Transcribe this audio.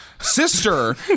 Sister